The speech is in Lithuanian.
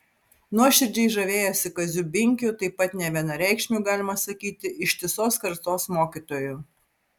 nuoširdžiai žavėjosi kaziu binkiu taip pat nevienareikšmiu galima sakyti ištisos kartos mokytoju